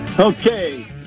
Okay